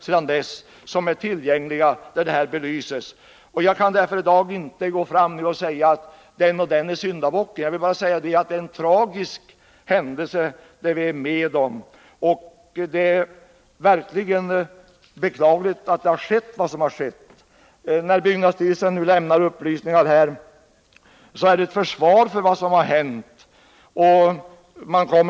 Jag vill alltså inte i dag göra någon bestämd person till syndabock. Det är ett tragiskt förlopp som vi får bevittna, och det som har skett är verkligen beklagligt. De upplysningar som byggnadsstyrelsen lämnar tjänar som ett försvar för vad som har hänt.